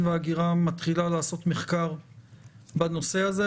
וההגירה מתחילה לעשות מחקר בנושא הזה,